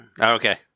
okay